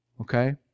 Okay